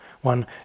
One